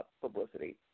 publicity